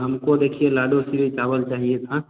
हमको देखिए लाडो श्री चावल चाहिए था